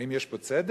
האם יש פה צדק?